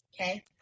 Okay